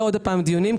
ולא עוד הפעם דיונים,